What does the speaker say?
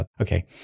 Okay